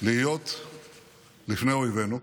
להיות לפני אויבינו.